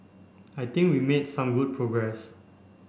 I think we made some good progress